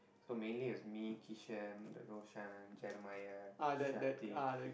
so mainly is me Kishan Roshan Jeremiah Shakti